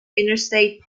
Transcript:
interstate